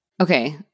Okay